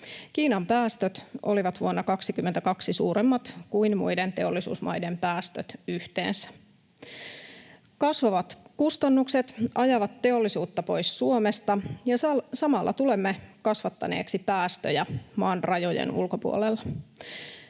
Kiinan päästöt olivat vuonna 22 suuremmat kuin muiden teollisuusmaiden päästöt yhteensä. Kasvavat kustannukset ajavat teollisuutta pois Suomesta ja samalla tulemme kasvattaneeksi päästöjä maan rajojen ulkopuolella.